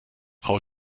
frau